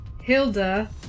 Hilda